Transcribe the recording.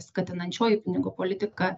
skatinančioji pinigų politika